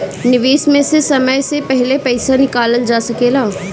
निवेश में से समय से पहले पईसा निकालल जा सेकला?